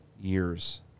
years